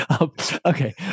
Okay